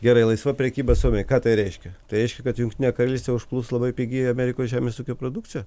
gerai laisva prekyba suomijoj ką tai reiškia tai reiškia kad jungtinę karalystę užplūs labai pigi amerikos žemės ūkio produkcija